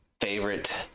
favorite